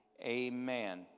amen